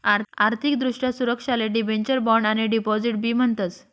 आर्थिक दृष्ट्या सुरक्षाले डिबेंचर, बॉण्ड आणि डिपॉझिट बी म्हणतस